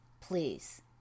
Please